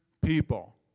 people